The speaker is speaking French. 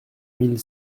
mille